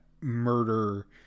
murder